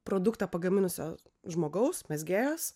produktą pagaminusio žmogaus mezgėjos